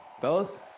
Fellas